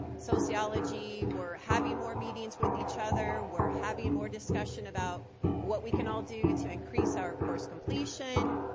sociology, we're having more meetings with each other, we're having more discussion about what we can all do to increase our course completion,